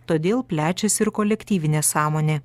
todėl plečias ir kolektyvinė sąmonė